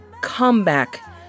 comeback